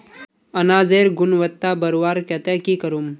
अनाजेर गुणवत्ता बढ़वार केते की करूम?